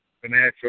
Financial